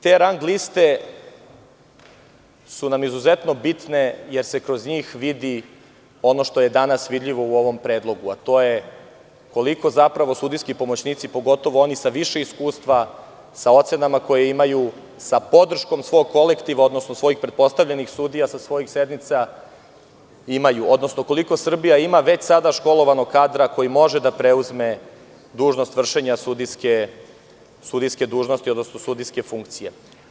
Te rang liste su nam izuzetno bitne jer se kroz njih vidi ono što je danas vidljivo u ovom predlogu, a to je koliko zapravo sudijski pomoćnici, pogotovo oni sa više iskustva, sa ocenama koje imaju, sa podrškom svog kolektiva, odnosno svojih pretpostavljenih sudija sa svojih sednica imaju, odnosno koliko Srbija već sada ima školovanog kadra koji može da preuzme dužnost vršenja sudijske dužnosti, odnosno sudijske funkcije.